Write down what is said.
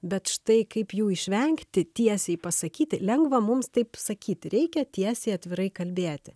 bet štai kaip jų išvengti tiesiai pasakyti lengva mums taip sakyti reikia tiesiai atvirai kalbėti